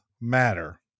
matter